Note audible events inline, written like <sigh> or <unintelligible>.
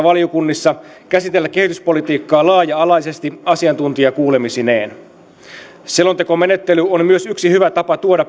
<unintelligible> valiokunnissa käsitellä kehityspolitiikkaa laaja alaisesti asiantuntijakuulemisineen selontekomenettely on myös yksi hyvä tapa tuoda